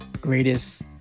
greatest